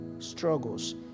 struggles